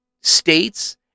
states